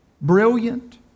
brilliant